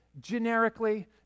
Generically